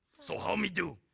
so how me do?